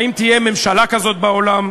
האם תהיה ממשלה כזאת בעולם?